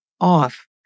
off